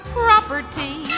property